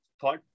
thought